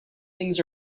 things